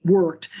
worked.